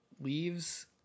leaves